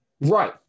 Right